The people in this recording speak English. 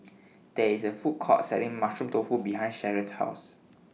There IS A Food Court Selling Mushroom Tofu behind Sharron's House